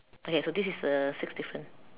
okay so this the six difference